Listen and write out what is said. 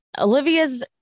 olivia's